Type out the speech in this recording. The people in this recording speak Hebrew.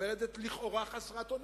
עומדת לכאורה חסרת אונים,